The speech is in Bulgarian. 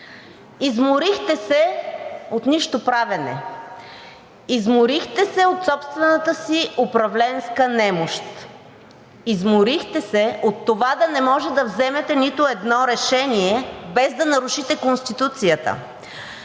Изморихте се от нищо правене. Изморихте се от собствената си управленска немощ. Изморихте се от това да не може да вземете нито едно решение, без да нарушите Конституцията.